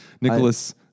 Nicholas